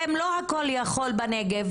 אתם לא כל יכולים בנגב,